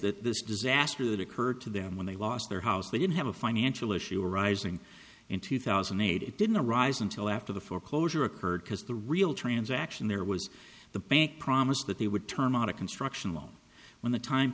that this disaster that occurred to them when they lost their house they didn't have a financial issue arising in two thousand and eight it didn't arise until after the foreclosure occurred because the real transaction there was the bank promised that they would turn out a construction loan when the time